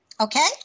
Okay